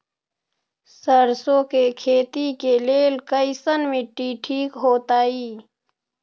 सरसों के खेती के लेल कईसन मिट्टी ठीक हो ताई?